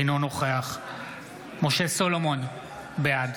אינו נוכח משה סולומון, בעד